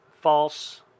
false